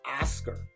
Oscar